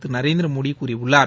திரு நரேந்திரமோட கூறியுள்ளார்